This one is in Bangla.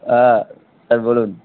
হ্যাঁ স্যার বলুন